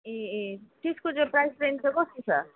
ए ए त्यसको चाहिँ प्राइस रेन्ज चाहिँ कस्तो छ